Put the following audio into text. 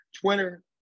Twitter